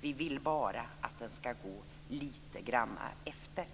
Vi vill bara att den ska gå lite grann efter.